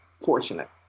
fortunate